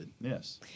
Yes